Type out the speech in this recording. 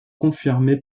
confirmée